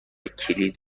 کلید